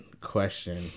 question